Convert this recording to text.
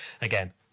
again